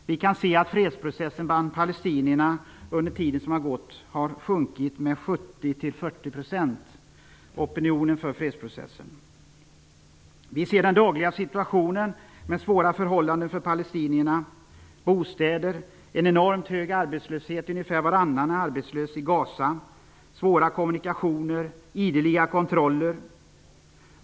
Vi kan se att opinionen för fredsprocessen bland palestinierna under den tid som har gått har sjunkit från 70 % till 40 %. Vi ser den dagliga situationen med svåra förhållanden för palestinierna när det gäller bostäderna. Arbetslösheten är enormt stor. Ungefär varannan är arbetslös i Gaza. Kommunikationerna är besvärliga med ideliga kontroller.